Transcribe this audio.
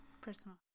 Personal